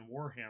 Warhammer